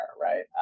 right